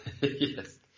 Yes